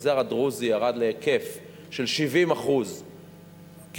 המגזר הדרוזי ירד להיקף של 70% כישלון.